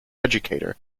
educator